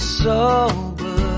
sober